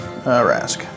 Rask